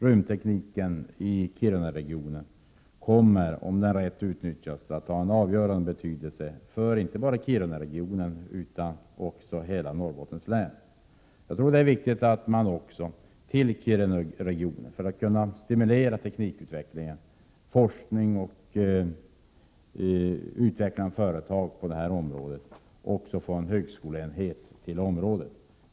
Rymdtekniken i Kiruna kommer, om den rätt utnyttjas, att få en avgörande betydelse inte bara för Kirunaregionen utan för hela Norrbottens län. För att kunna stimulera utvecklingen av teknik, forskning och företag på det här området tror jag också att det är viktigt att få en högskoleenhet till Kirunaregionen.